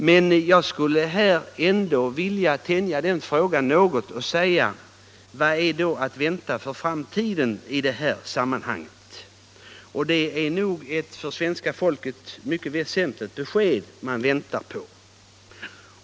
Men jag skulle ändå vilja något tänja ut frågan: Vad är då att vänta för framtiden i det sammanhanget? Svaret på detta är nog för svenska folket mycket väsentligt.